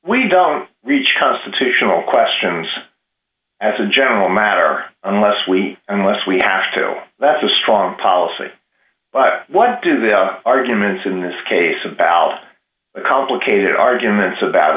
we don't reach constitutional questions as a general matter unless we unless we have to that's a strong policy what do the arguments in this case about complicated arguments about